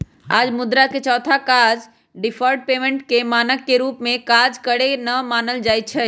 अब मुद्रा के चौथा काज डिफर्ड पेमेंट के मानक के रूप में काज करेके न मानल जाइ छइ